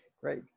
Great